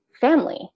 family